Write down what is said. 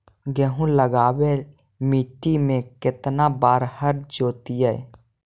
गेहूं लगावेल मट्टी में केतना बार हर जोतिइयै?